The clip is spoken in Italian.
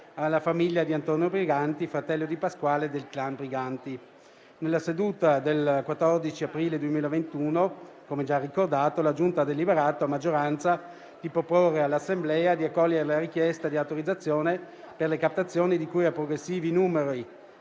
alla famiglia di Antonio Briganti, fratello di Pasquale del *clan* Briganti. Nella seduta del 14 aprile 2021, come già ricordato, la Giunta ha deliberato, a maggioranza, di proporre all'Assemblea di accogliere la richiesta di autorizzazione per le captazioni di cui ai progressivi nn.